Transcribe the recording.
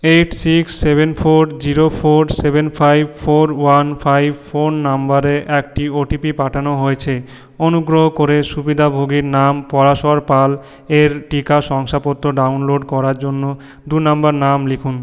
eight six seven four zero four seven five four one five phone নাম্বারে একটি O T P পাঠানো হয়েছে অনুগ্রহ করে সুবিধাভোগীর নাম পরাশর পাল এর টিকা শংসাপত্র ডাউনলোড করার জন্য দু নাম্বার নাম লিখুন